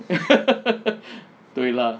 对 lah